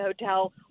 hotel